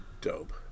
dope